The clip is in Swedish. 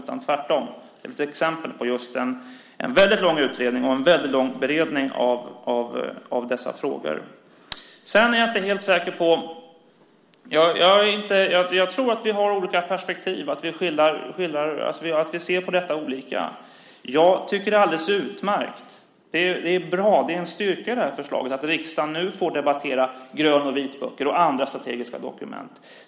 Tvärtom är väl detta ett exempel på just en väldigt lång utredning och en väldigt lång beredning av dessa frågor. Jag tror att vi har olika perspektiv, att vi ser olika på detta. Jag tycker att det när det gäller det här förslaget är alldeles utmärkt, att det är bra och en styrka, att riksdagen nu får debattera grön och vitböcker och andra strategiska dokument.